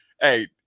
Hey